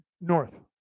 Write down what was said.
north